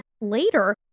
later